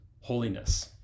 holiness